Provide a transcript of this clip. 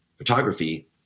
photography